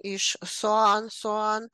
iš suan suan